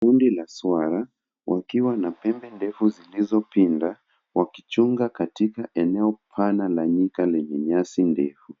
Kundi la swara, wakiwa na pembe ndefu zilizopinda, wakichunga katika eneo pana la nyika lenye nyasi ndefu.